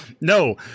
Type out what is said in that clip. No